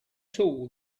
tool